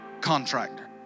contractor